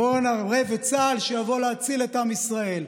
בואו נערב את צה"ל שיבוא להציל את עם ישראל.